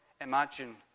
imagine